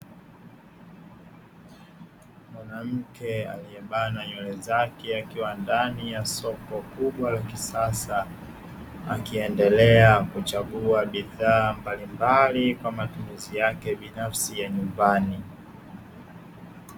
Mwanamke aliyebana nywele zake akiwa ndani ya soko kubwa la kisasa, akiendelea kuchagua bidhaa mbalimbali kwa matumizi yake binafsi ya nyumbani.